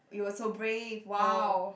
you were so brave !wow!